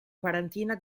quarantina